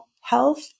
health